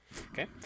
okay